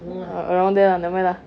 around there lah never mind lah